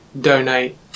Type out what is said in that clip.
donate